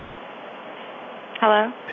Hello